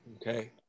okay